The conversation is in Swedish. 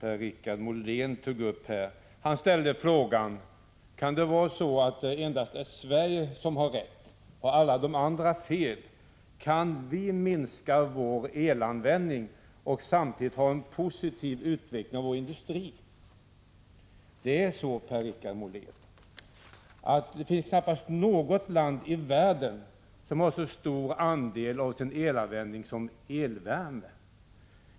Herr talman! Låt mig först anknyta till några av de synpunkter som Per-Richard Molén tog upp här. Han frågade: Kan det vara så att endast Sverige har rätt och att alla de andra har fel? Kan vi minska vår elanvändning och samtidigt ha en positiv utveckling av vår industri? Det är så, Per-Richard Molén, att det knappast finns något land i världen som utnyttjar så stor andel av sin elanvändning till elvärme.